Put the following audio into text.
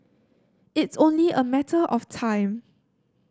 it's only a matter of time